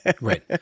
Right